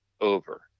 over